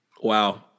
Wow